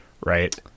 right